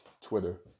Twitter